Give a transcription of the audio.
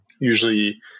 usually